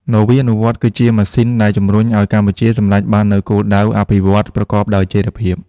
នវានុវត្តន៍គឺជាម៉ាស៊ីនដែលជំរុញឱ្យកម្ពុជាសម្រេចបាននូវគោលដៅអភិវឌ្ឍន៍ប្រកបដោយចីរភាព។